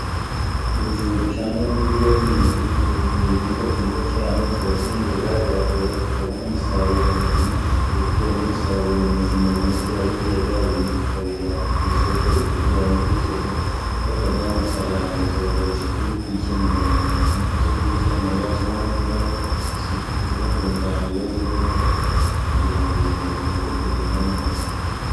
Ibijumba cangwa n'ibigo ni ibicu ni ibintu bihingwa byiza cyane turabihingaga byakwera tukabona umusaruro muzima, iyo tubonye umusaruro muzima bimwe turabiryaga, ibindi tukabijyana ku isoko ibyo tujanye ku isoko bakaduha amafaranga, tuyakoresha turi kwikenura tunatunganya ibibazo byo mu rugo, kugira ngo ubuzima bukomeze kugenda neza.